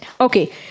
okay